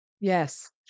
yes